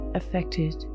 affected